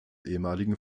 ehemaligen